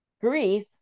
grief